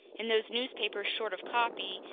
in those newspapers short of copy,